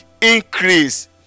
increase